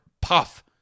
Puff